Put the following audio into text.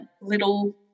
little